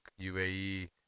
UAE